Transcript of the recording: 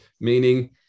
meaning